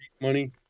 money